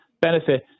benefit